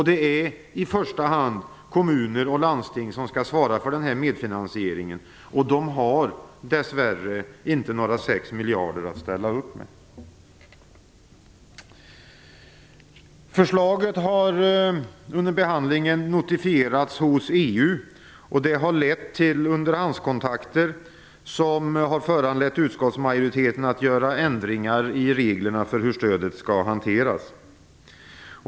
Det är i första hand kommuner och landsting som skall svara för denna medfinansiering, och de har dess värre inte några 6 miljarder att ställa upp med. Förslaget har under behandlingen notifierats hos EU, och det har lett till underhandskontakter som har föranlett utskottsmajoriteten att göra ändringar i reglerna för hur stödet skall hanteras.